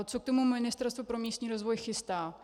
Co k tomu Ministerstvo pro místní rozvoj chystá?